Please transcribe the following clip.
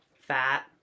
fat